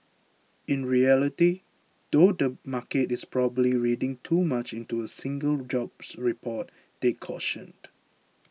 in reality though the market is probably reading too much into a single jobs report they cautioned